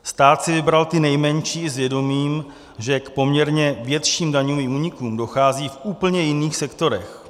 Stát si vybral ty nejmenší s vědomím, že k poměrně větším daňovým únikům dochází v úplně jiných sektorech.